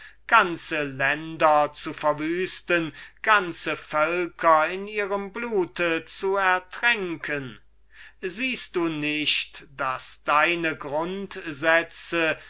ganze länder zu verwüsten ganze völker in ihrem blute zu ertränken siehest du nicht daß deine grundsätze